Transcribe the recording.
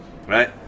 right